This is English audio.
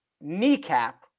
kneecap